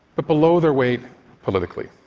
but below their weight politically.